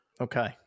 Okay